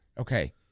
Okay